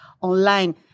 online